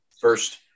first